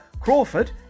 Crawford